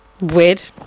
weird